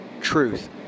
truth